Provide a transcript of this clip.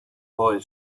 boy